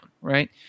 Right